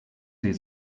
sie